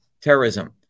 terrorism